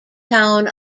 town